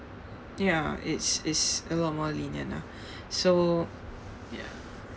ya it's it's a lot more lenient lah so ya